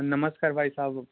नमस्कार भाई साहब